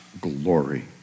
glory